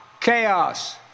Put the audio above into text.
chaos